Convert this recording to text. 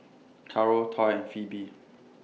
Caro Toy and Phebe